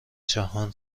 جهان